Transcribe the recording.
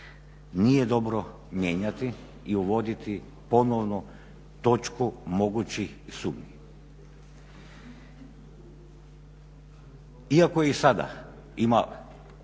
nije dobro mijenjati i uvoditi ponovno točku mogućih sumnji. Iako i sada ima